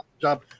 job